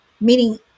meaning